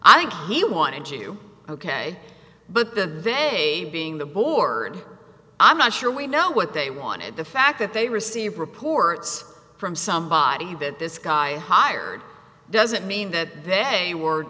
i think he wanted you ok but the very day being the board i'm not sure we know what they wanted the fact that they receive reports from somebody that this guy hired doesn't mean that